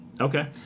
Okay